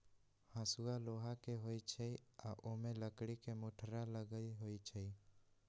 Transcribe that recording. हसुआ लोहा के होई छई आ ओमे लकड़ी के मुठरा लगल होई छई